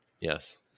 yes